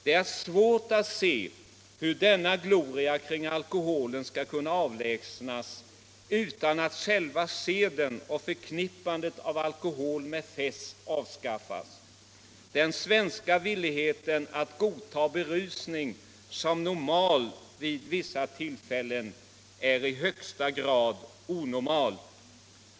Det är svårt att se hur denna gloria kring alkoholen skall kunna avlägsnas utan att själva seden och förknippandet av alkohol med fest avskaffas. Den svenska villigheten att godta berusning som normal vid vissa tillfällen är i högsta grad onormal.